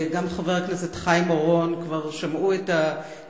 וגם חבר הכנסת חיים אורון כבר שמעתם את